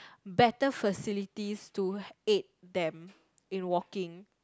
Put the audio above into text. better facilities to aid them in walking